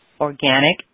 organic